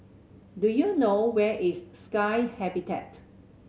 do you know where is Sky Habitat